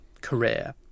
career